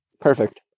Perfect